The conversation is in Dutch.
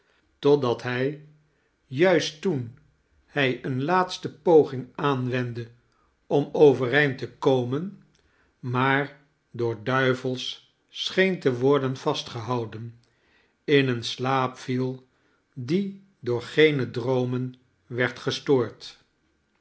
totdat hij juist toen hij eene laatste poging aanwendde om overeind te komen maar door duivels scheen te worden vastgehouden in een slaap viel die door geene droomen werd gestoord